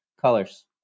colors